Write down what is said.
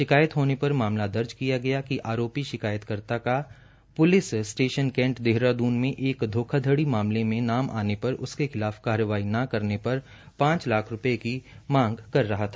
शिकायत होने पर रिश्वत मामला दर्ज किया गया कि आरोपी शिकायत कर्ता का प्लिस स्टेशन कैंट देहरादून में एक धोखाधड़ी के मामले में नाम आने पर उसके खिलाफ कार्यवाही न करने पर पांच लाख रूपये की मांग कर रहा था